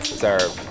serve